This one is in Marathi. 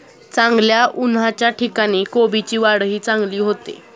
चांगल्या उन्हाच्या ठिकाणी कोबीची वाढही चांगली होते